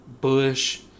Bush